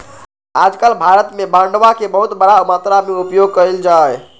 आजकल भारत में बांडवा के बहुत बड़ा मात्रा में उपयोग कइल जाहई